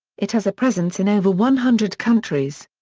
it has a presence in over one hundred countries.